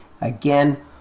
Again